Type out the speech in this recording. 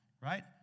Right